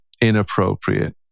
inappropriate